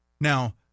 now